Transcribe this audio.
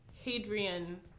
Hadrian